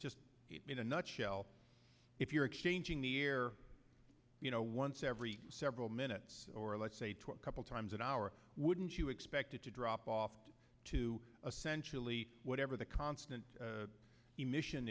just in a nutshell if you're exchanging the year you know once every several minutes or let's say to a couple times an hour wouldn't you expect it to drop off to a centrally whatever the constant emission